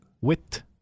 Wit